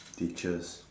teachers